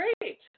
great